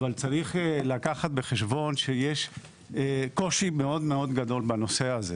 אבל צריך לקחת בחשבון שיש קושי מאוד גדול בנושא הזה.